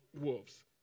wolves